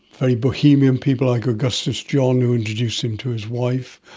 very bohemian people like augustus john who introduced him to his wife,